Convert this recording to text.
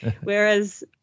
Whereas